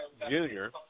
junior